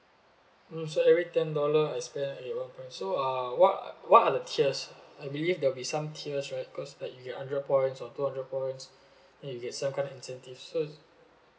mm so every ten dollar I spent will earned points so uh what are what are the tiers I believe there will be some tiers right because like you get hundred points or two hundred points then you get some kind of incentive so